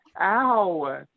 Ow